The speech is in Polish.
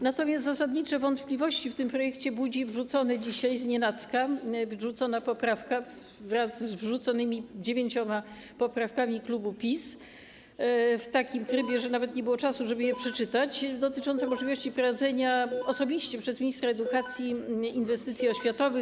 Natomiast zasadnicze wątpliwości w tym projekcie budzi wrzucona dzisiaj znienacka poprawka - wraz z wrzuconymi dziewięcioma poprawkami klubu PiS w takim trybie, że nawet nie było czasu, żeby je przeczytać - dotycząca możliwości prowadzenia osobiście przez ministra edukacji inwestycji oświatowych.